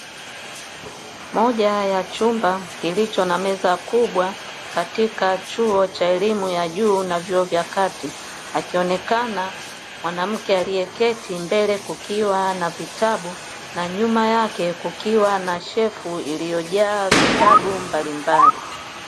Moja ya chumba kilicho na meza kubwa katika chuo cha elimu ya juu na vyuo vya kati, akionekana mwanamke aliyeketi mbele kukiwa na vitabu. Na nyuma yake kukiwa na shelfu iliyojaa vitabu mbalimbali.